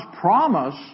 promise